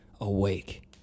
awake